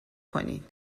کنین